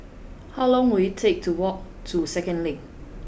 how long will it take to walk to Second Link